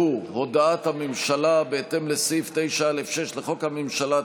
והוא הודעת הממשלה בהתאם לסעיף 9(א)(6) לחוק הממשלה,